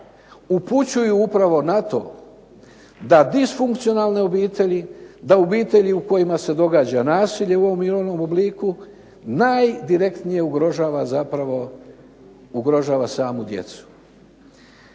upućuju upravo na to da disfunkcionalne obitelji, da obitelji u kojima se događa nasilje u ovom i onom obliku najdirektnije ugrožava zapravo, ugrožava samu djecu.